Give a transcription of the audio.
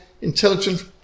intelligent